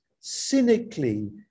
cynically